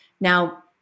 Now